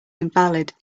invalid